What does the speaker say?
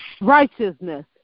righteousness